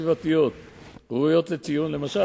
למשל,